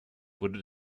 wurde